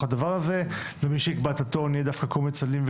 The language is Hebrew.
הדבר הזה ומי שיקבע את הטון יהיה דווקא קומץ אלים,